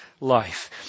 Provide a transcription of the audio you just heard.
life